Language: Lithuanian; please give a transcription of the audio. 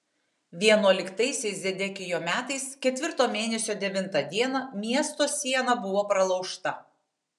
vienuoliktaisiais zedekijo metais ketvirto mėnesio devintą dieną miesto siena buvo pralaužta